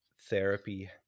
therapy